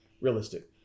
realistic